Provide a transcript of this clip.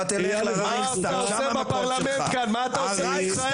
מה אתה עושה בישראל?